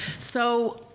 so,